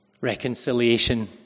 Reconciliation